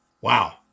Wow